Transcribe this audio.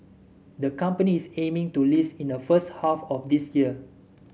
the company is aiming to list in the first half of this year